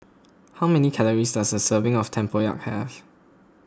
how many calories does a serving of Tempoyak have